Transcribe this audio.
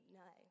no